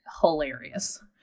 hilarious